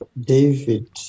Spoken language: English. David